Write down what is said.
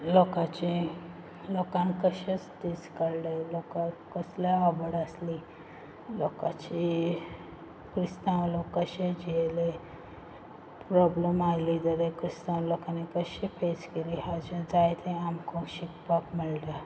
लोकांचें लोकान कशें दीस काडले लोकांक कसले आवड आसली लोकांची क्रिस्तांव लोक कशें जियेले प्रोब्लम आयलें जाल्यार क्रिस्तांव लोकांनी कशें फेस केली हाचें जायतें आमकां शिकपाक मेळटा